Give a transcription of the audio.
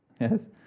Yes